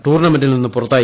ടൂർണമെന്റിൽ നിന്ന് പുറത്തായി